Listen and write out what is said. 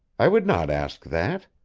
i would not ask that.